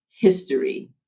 history